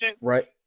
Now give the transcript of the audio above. Right